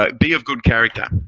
like be of good character.